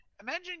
imagine